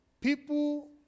People